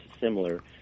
similar